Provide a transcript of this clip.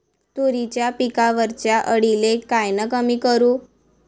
तुरीच्या पिकावरच्या अळीले कायनं कमी करू?